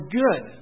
good